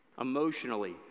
emotionally